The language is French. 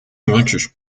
convaincus